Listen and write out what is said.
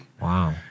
wow